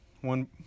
one